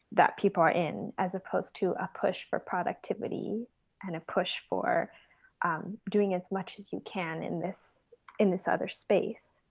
that people are in, as opposed to a push for productivity and a push for doing as much as you can in this in this other space.